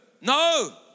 no